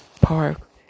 Park